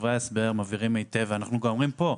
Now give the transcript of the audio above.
דברי ההסבר מבהירים היטב ואנחנו גם אומרים פה,